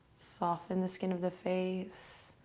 soften the skin of the face.